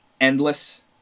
endless